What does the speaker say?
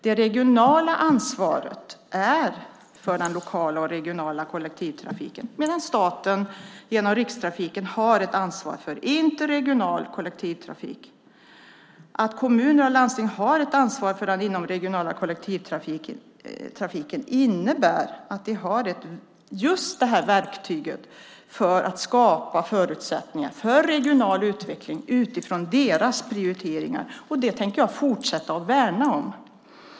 Det regionala ansvaret är för den lokala och regionala kollektivtrafiken, medan staten genom Rikstrafiken har ett ansvar för interregional kollektivtrafik. Att kommuner och landsting har ett ansvar för den inomregionala kollektivtrafiken innebär att de har just det verktyget för att skapa förutsättningar för regional utveckling utifrån sina prioriteringar. Det tänker jag fortsätta att värna om.